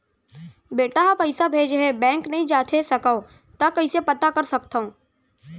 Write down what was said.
बेटा ह पइसा भेजे हे बैंक नई जाथे सकंव त कइसे पता कर सकथव?